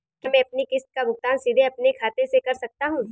क्या मैं अपनी किश्त का भुगतान सीधे अपने खाते से कर सकता हूँ?